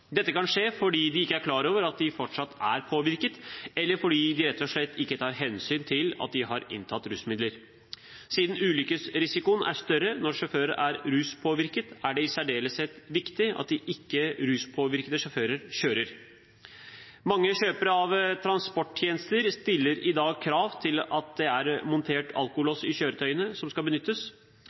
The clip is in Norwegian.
Dette kan skje fordi de ikke er klar over at de fortsatt er påvirket, eller fordi de rett og slett ikke tar hensyn til at de har inntatt rusmidler. Siden ulykkesrisikoen er større når sjåføren er ruspåvirket, er det i særdeleshet viktig at ruspåvirkede sjåfører ikke kjører. Mange kjøpere av transporttjenester stiller i dag krav om at det er montert alkolås i kjøretøyene som skal benyttes.